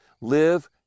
Live